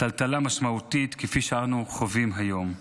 טלטלה משמעותית כפי שאנו חווים היום.